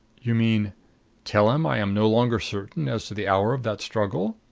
you mean tell him i am no longer certain as to the hour of that struggle?